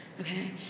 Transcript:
okay